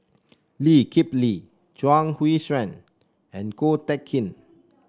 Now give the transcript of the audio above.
Lee Kip Lee Chuang Hui Tsuan and Ko Teck Kin